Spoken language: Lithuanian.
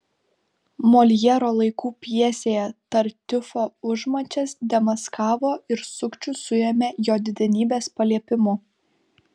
moljero laikų pjesėje tartiufo užmačias demaskavo ir sukčių suėmė jo didenybės paliepimu